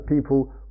people